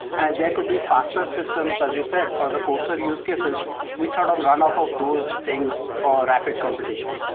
and there could be faster systems, as you said, for the codes or use cases which sort of and run-off ah of those things for rapid computation.